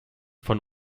von